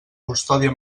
custòdia